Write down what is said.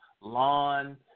lawn